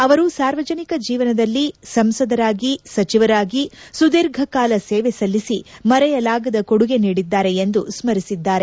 ಅವರು ಸಾರ್ವಜನಿಕ ಜೀವನದಲ್ಲಿ ಸಂಸದರಾಗಿ ಸಚಿವರಾಗಿ ಸುದೀರ್ಘ ಕಾಲ ಸೇವೆ ಸಲ್ಲಿಸಿ ಮರೆಯಲಾಗದ ಕೊಡುಗೆ ನೀಡಿದ್ದಾರೆ ಎಂದು ಸ್ಮರಿಸಿದ್ದಾರೆ